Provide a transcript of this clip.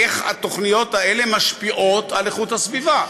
איך התוכניות האלה משפיעות על איכות הסביבה.